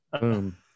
Boom